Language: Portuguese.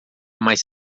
mais